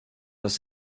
does